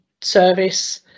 service